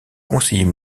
conseiller